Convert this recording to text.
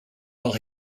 while